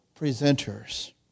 presenters